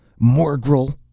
morgel!